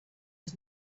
was